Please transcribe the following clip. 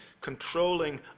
controlling